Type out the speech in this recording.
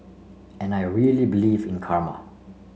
and I really believe in karma